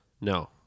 No